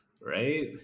right